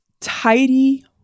tidy